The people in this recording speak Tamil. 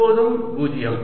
எப்போதும் 0